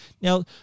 Now